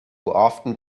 often